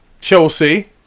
Chelsea